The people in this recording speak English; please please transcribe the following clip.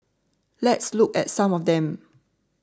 let's look at some of them